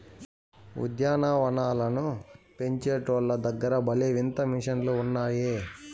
ఉద్యాన వనాలను పెంచేటోల్ల దగ్గర భలే వింత మిషన్లు ఉన్నాయే